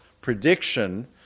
prediction